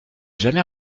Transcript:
jamais